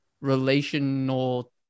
relational